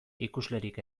ikuslerik